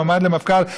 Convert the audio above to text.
מועמד למפכ"ל,